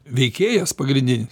veikėjas pagrindinį